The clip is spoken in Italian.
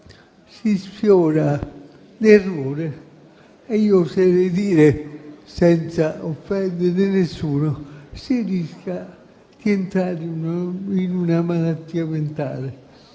si sfiora l'errore e, oserei dire senza offendere nessuno, si rischia di entrare in una malattia mentale.